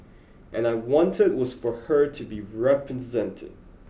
and I wanted was for her to be represented